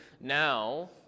Now